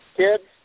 kids